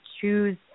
choose